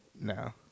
No